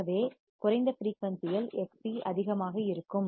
ஆகவே குறைந்த ஃபிரீயூன்சியில் எக்ஸ்சி Xc அதிகமாக இருக்கும்